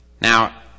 Now